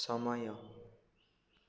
ସମୟ